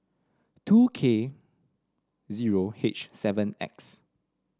two K zero H seven X